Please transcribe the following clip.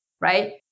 right